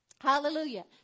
Hallelujah